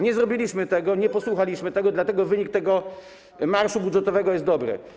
Nie zrobiliśmy tego, nie posłuchaliśmy tego, dlatego wynik tego marszu budżetowego jest dobry.